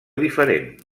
diferent